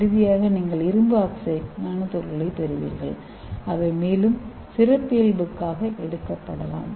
இறுதியாக நீங்கள் இரும்பு ஆக்சைடு நானோ துகள்களைப் பெறுவீர்கள் அவை மேலும் சிறப்பியல்புக்காக எடுக்கப்படலாம்